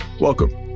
Welcome